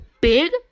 big